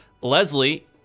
Leslie